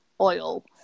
oil